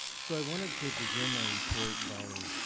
so i wanted to begin my report by